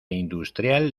industrial